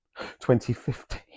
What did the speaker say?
2015